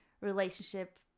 relationship